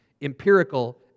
empirical